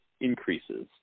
increases